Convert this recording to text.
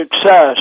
success